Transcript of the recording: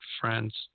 friends